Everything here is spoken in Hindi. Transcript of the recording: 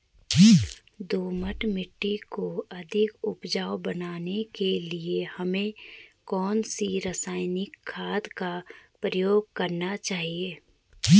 दोमट मिट्टी को अधिक उपजाऊ बनाने के लिए हमें कौन सी रासायनिक खाद का प्रयोग करना चाहिए?